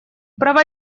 права